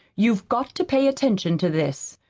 you've got to pay attention to this.